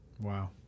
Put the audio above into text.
Wow